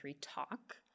talk